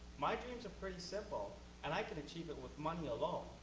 my dreams are pretty simple and i can achieve it with money alone.